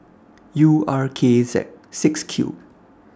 U R K Z six Q